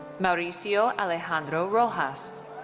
mauricio alejandro rojas.